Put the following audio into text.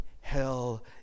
Hell